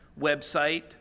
website